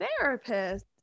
therapist